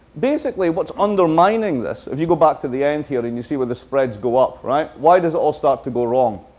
basically, what's undermining this if you go back to the end here and you see where the spreads go up right, why does it all start to go wrong?